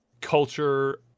culture